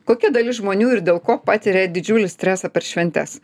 kokia dalis žmonių ir dėl ko patiria didžiulį stresą per šventes